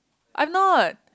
I'm not